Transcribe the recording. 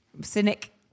cynic